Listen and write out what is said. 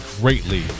greatly